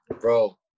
bro